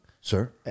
Sir